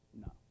No